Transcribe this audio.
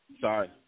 Sorry